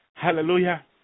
Hallelujah